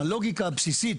הלוגיקה הבסיסית,